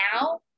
now